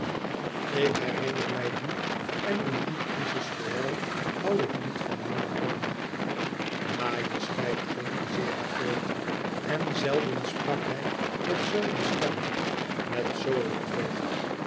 ik herinner mij die en om die crizis vooral hoû ik niet van mena doni majesteit ging ezzera voort en zelden sprak hij met zoo een stem met zoo een oog